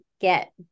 get